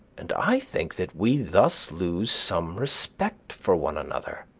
and i think that we thus lose some respect for one another.